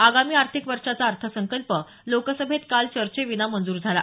आगामी आर्थिक वर्षाचा अर्थसंकल्प लोकसभेत काल चर्चेविना मंजूर झाला